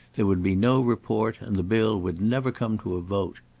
there would be no report, and the bill would never come to a vote.